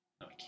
No